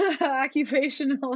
Occupational